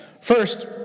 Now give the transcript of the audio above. First